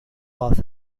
was